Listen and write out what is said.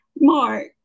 Mark